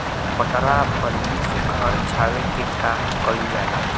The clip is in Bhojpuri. पटरा बल्ली से घर छावे के काम कइल जाला